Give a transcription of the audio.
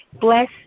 Bless